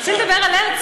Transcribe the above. אני אתחיל לדבר על הרצל.